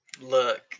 Look